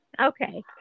Okay